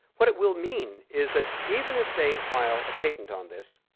what it will mean is that even if they file a patent on this,